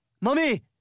Mommy